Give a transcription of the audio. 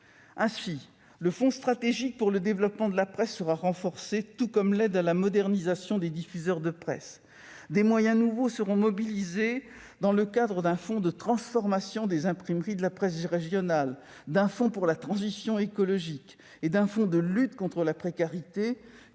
Ainsi, le fonds stratégique pour le développement de la presse sera renforcé, tout comme l'aide à la modernisation des diffuseurs de presse. Des moyens nouveaux seront mobilisés dans le cadre d'un fonds de transformation des imprimeries de la presse régionale, d'un fonds pour la transition écologique et d'un fonds de lutte contre la précarité,